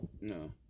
No